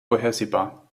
vorhersehbar